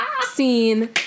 scene